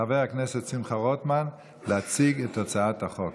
חבר הכנסת שמחה רוטמן להציג את הצעת החוק.